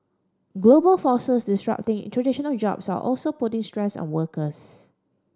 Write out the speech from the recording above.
global forces disrupting traditional jobs are also putting stress on workers